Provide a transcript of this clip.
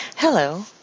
Hello